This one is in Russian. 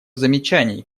замечаний